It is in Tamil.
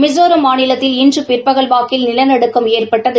மிசோராம் மாநிலத்தில் இன்று பிற்பகல் வாக்கில் நிலநடுக்கம் ஏற்பட்டது